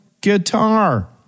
guitar